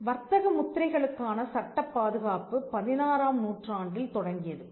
வர்த்தக முத்திரைகளுக்கான சட்டப்பாதுகாப்பு 16 ஆம் நூற்றாண்டில் தொடங்கியது